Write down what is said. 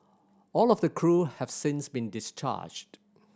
all of the crew have since been discharged